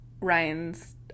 Ryan's